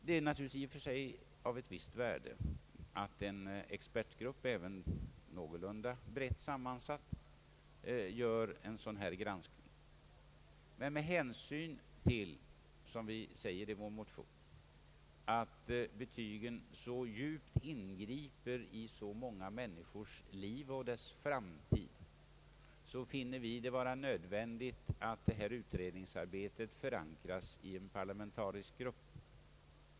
Det är naturligtvis i och för sig av ett visst värde att en någorlunda brett sammansatt expertgrupp gör en sådan här granskning. Men med hänsyn till — som vi säger i vår motion — att betygen på djupet ingriper i så många människors liv och framtid finner vi det vara nödvändigt att detta utredningsarbete förankras i en parlamentarisk grupp.